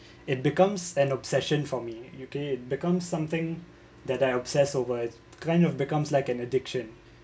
it becomes an obsession for me okay becomes something that I obsess over it kind of becomes like an addiction